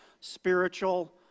spiritual